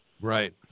Right